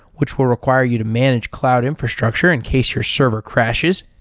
which will require you to manage cloud infrastructure in case your server crashes.